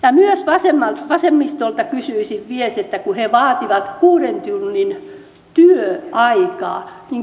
myös vasemmistolta kysyisin vielä kun he vaativat kuuden tunnin työaikaa